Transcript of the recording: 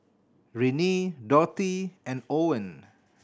Renee Dorthy and Owen